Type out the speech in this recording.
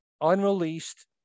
unreleased